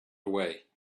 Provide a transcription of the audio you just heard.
away